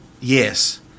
yes